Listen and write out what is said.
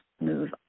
move